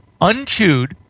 unchewed